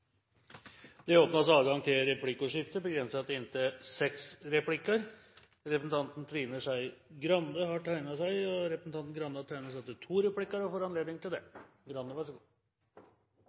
framgang i saken. Det blir replikkordskifte, begrenset til inntil seks replikker. Representanten Trine Skei Grande har tegnet seg til to replikker og får anledning til det.